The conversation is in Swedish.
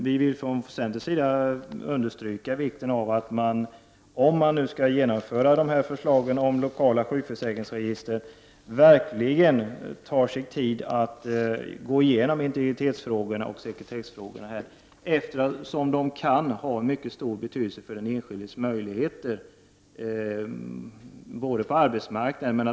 Vi vill från centerns sida understryka vikten av att man, om man skulle genomföra förslaget om lokala sjukförsäkringsregister, verkligen tar sig tid att gå igenom integritetsoch sekretessfrågorna, eftersom de kan vara av mycket stor betydelse för den enskildes möjligheter på arbetsmarknaden.